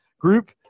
group